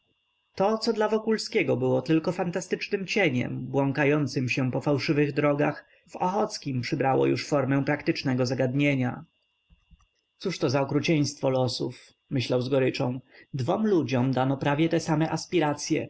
to co dla wokulskiego było tylko fantastycznym cieniem błąkającym się po fałszywych drogach w ochockim przybrało już formę praktycznego zagadnienia cóżto za okrucieństwo losów myślał z goryczą dwom ludziom dano prawie te same aspiracye